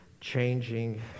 changing